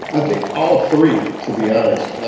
i think all three, to be honest.